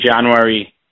January